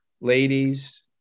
ladies